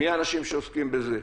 מי האנשים שעוסקים בזה,